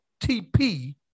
TP